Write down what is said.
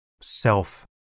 self